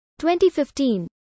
2015